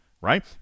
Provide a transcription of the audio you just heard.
right